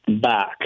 back